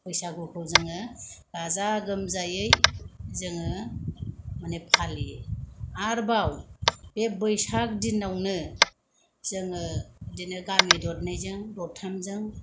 बैसागुखौ जोङो गाजा गोमजायै जोङो मानि फालियो आरबाव बे बैसाग दिनावनो जोङो बिदिनो गामि दरनैजों दरथामजों